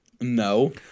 No